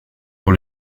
pour